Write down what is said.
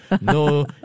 no